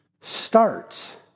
starts